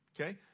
okay